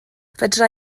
fedra